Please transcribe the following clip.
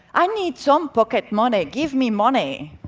i need some pocket money, give me money.